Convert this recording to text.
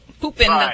pooping